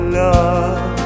love